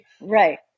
Right